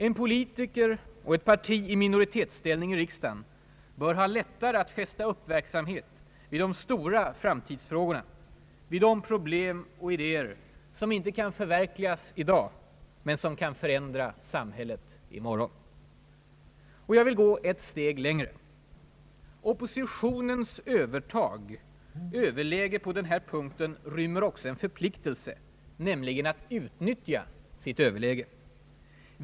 En politiker och ett parti i minoritetsställning i riksdagen bör ha lättare att fästa uppmärksamhet vid de stora framtidsfrågorna, vid de problem och idéer som inte kan förverkligas i dag men som kan förändra samhället i morgon. Jag vill gå ett steg längre. Oppositionens övertag och överläge på denna punkt rymmer också en förpliktelse: nämligen att utnyttja sitt överläge.